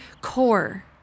core